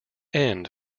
end